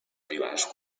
pilars